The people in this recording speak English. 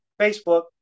Facebook